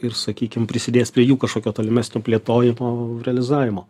ir sakykim prisidės prie jų kažkokio tolimesnio plėtojimo realizavimo